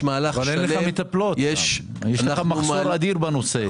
אבל אין לך מטפלות.יש מחסור אדיר בנושא.